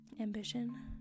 Ambition